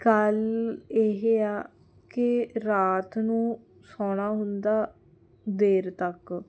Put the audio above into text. ਗੱਲ ਇਹ ਆ ਕਿ ਰਾਤ ਨੂੰ ਸੌਣਾ ਹੁੰਦਾ ਦੇਰ ਤੱਕ